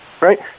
right